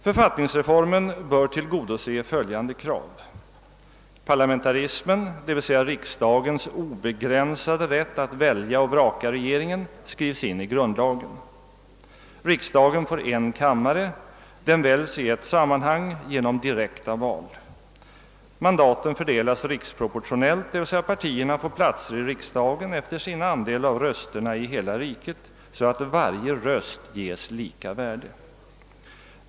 Författningsreformen bör tillgodose följande krav: Parlamentarismen — d. v. s. riksdagens obegränsade rätt att välja och vraka regering — skrivs in i grundlagen. Riksdagen får en kammare. Den väljes i ett sammanhang genom direkta val. Mandaten fördelas riksproportionellt, d. v. s. partierna får platser i riksdagen efter sin andel av rösterna i hela riket så att varje röst ges lika värde.